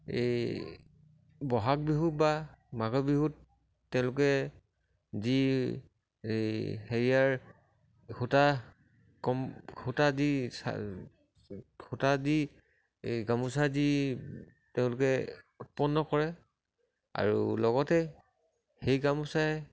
এই বহাগ বিহু বা মাঘৰ বিহুত তেওঁলোকে যি এই হেৰিয়াৰ সূতা কম সূতা দি সূতা দি এই গামোচা যি তেওঁলোকে উৎপন্ন কৰে আৰু লগতে সেই গামোচাই